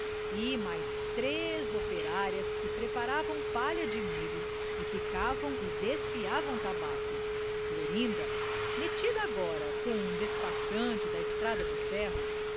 mais três operárias que preparavam palha de milho e picavam e desfiavam tabaco florinda metida agora com um despachante de estrada de ferro